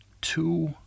two